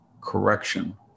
correction